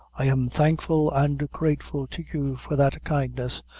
i am thankful and grateful to you for that kindness,